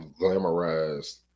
glamorized